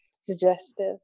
Suggestive